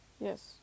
yes